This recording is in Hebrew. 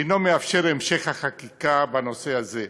שאינו מאפשר המשך החקיקה בנושא הזה.